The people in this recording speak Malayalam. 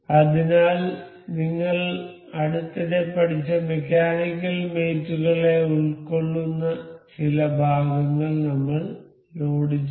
അതിനാൽ നിങ്ങൾ അടുത്തിടെ പഠിച്ച മെക്കാനിക്കൽ മേറ്റ് കളെ ഉൾക്കൊള്ളുന്ന ചില ഭാഗങ്ങൾ നമ്മൾ ലോഡുചെയ്തു